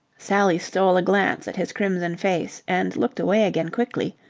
sally stole a glance at his crimson face and looked away again quickly.